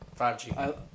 5G